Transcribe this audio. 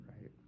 Right